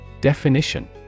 Definition